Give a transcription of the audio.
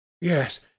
Yes